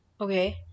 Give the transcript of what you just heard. Okay